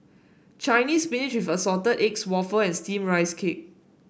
Chinese Spinach with Assorted Eggs waffle and steam Rice Cake